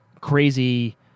crazy